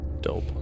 dope